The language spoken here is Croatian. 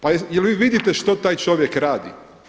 Pa jel' vi vidite što taj čovjek radi?